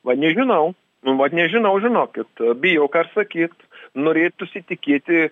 va nežinau nu vat nežinau žinokit bijau ką ir sakyt norėtųsi tikėti